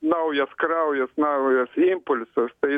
naujas kraujas naujas impulsas tai